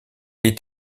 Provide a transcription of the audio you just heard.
est